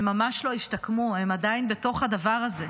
הן ממש לא השתקמו, הן עדיין בתוך הדבר הזה.